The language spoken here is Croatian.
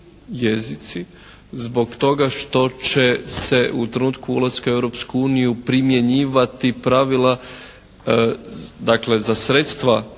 jezici, zbog toga što će se u trenutku ulaska u Europsku uniju primjenjivati pravila, dakle za sredstva